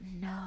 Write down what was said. no